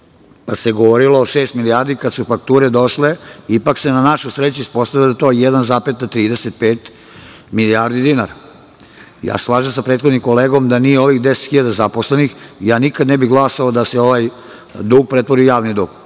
pa se govorilo o šest milijardi. Kada su fakture došle, ipak se na našu sreću ispostavilo da je to 1,35 milijardi dinara. Slažem se sa prethodnim kolegom i da nije ovih 10 hiljada zaposlenih, ja nikada ne bih glasao da se ovaj dug pretvori u javni dug.